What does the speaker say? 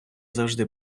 завжди